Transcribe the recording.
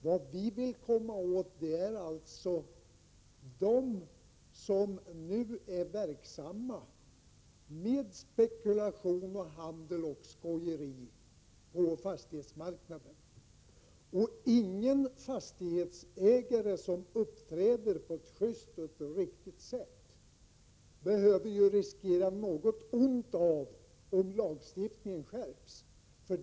Vi vill alltså komma åt dem som nu ägnar sig åt spekulation, handel och skojeri på fastighetsmarknaden. Ingen fastighetsägare som uppträder på ett sjyst och riktigt sätt behöver riskera något ont av en skärpt lagstiftning.